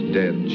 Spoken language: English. dead